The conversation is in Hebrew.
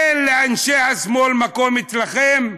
אין לאנשי השמאל מקום אצלכם.